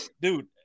dude